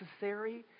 necessary